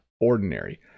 ordinary